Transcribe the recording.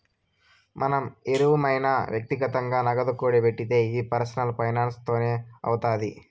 మనం ఎవురమైన వ్యక్తిగతంగా నగదు కూడబెట్టిది ఈ పర్సనల్ ఫైనాన్స్ తోనే అవుతాది